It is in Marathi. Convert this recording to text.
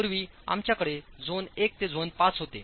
पूर्वी आमच्याकडे झोन I ते झोन V होते